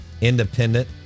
Independent